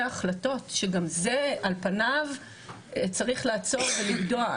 החלטות שגם זה על פניו צריך לעצור ולגדוע.